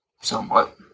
Somewhat